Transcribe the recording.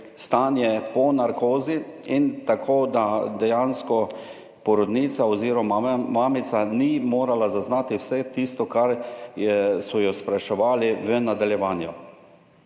stanje po narkozi, tako da dejansko porodnica oziroma mamica ni mogla zaznati vsega tistega, kar so jo spraševali v nadaljevanju.